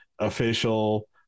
official